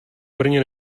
brně